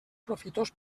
profitós